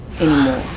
anymore